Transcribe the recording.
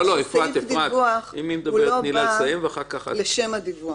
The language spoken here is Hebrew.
סעיף הדיווח לא בא לשם הדיווח.